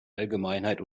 allgemeinheit